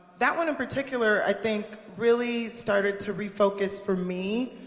that one, in particular, i think really started to refocus, for me,